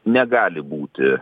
negali būti